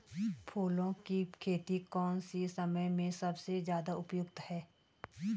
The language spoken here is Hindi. फूलों की खेती कौन से समय में सबसे ज़्यादा उपयुक्त है?